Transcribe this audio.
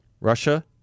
Russia